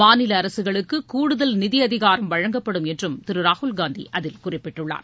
மாநில அரசுகளுக்கு கூடுதல் நிதி அதிகாரம் வழங்கப்படும் என்றும் திரு ராகுல்காந்தி அதில் குறிப்பிட்டுள்ளார